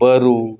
ᱵᱟᱨᱩ